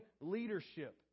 leadership